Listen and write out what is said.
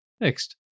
Next